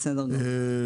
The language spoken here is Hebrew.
בסדר גמור.